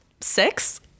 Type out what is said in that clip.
six